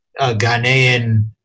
Ghanaian